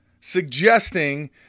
suggesting